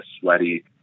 sweaty